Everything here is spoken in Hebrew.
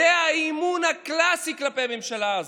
זה האי-אמון הקלאסי כלפי הממשלה הזאת.